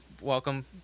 welcome